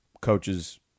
Coaches